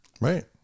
Right